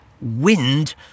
wind